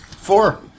Four